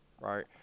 right